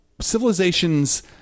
civilizations